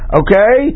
okay